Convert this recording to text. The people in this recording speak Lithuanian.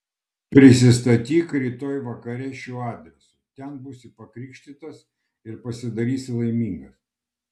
prisistatyk rytoj vakare šiuo adresu ten būsi pakrikštytas ir pasidarysi laimingas